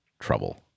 Trouble